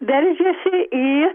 veržiasi į